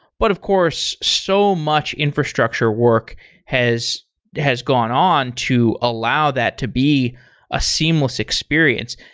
but, of course, so much infrastructure work has has gone on to allow that to be a seamless experience.